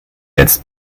jetzt